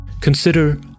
Consider